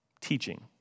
teaching